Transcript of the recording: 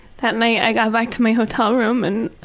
that night i got back to my hotel room and